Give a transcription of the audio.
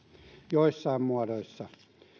joissain muodoissa